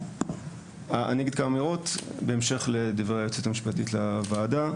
אני אגיד כמה אמירות בהמשך לדברי היועצת המשפטית לוועדה.